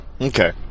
Okay